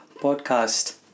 podcast